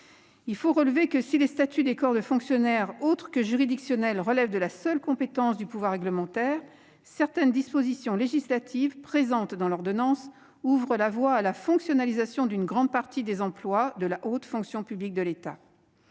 le Gouvernement ? Si les statuts des corps de fonctionnaires autres que juridictionnels relèvent de la seule compétence du pouvoir réglementaire, certaines dispositions législatives de l'ordonnance ouvrent la voie à la fonctionnalisation d'une grande partie des emplois de la haute fonction publique de l'État.